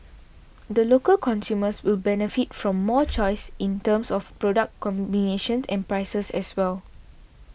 the local consumers will benefit from more choice in terms of product combinations and prices as well